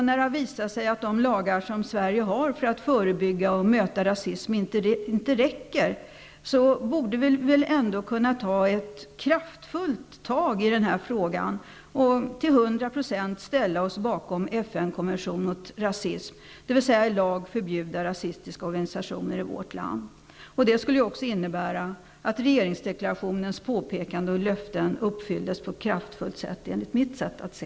När det nu visat sig att de lagar Sverige har för att förebygga och möta rasism inte räcker så borde vi väl ändå kunna ta ett kraftfullt tag i denna fråga och till hundra procent ställa oss bakom FN konventionen mot rasism, dvs. i lag förbjuda rasistiska organisationer i vårt land. Det skulle också innebära att regeringsdeklarationens påpekanden och löften uppfylldes på ett kraftfullt sätt, enligt mitt sätt att se.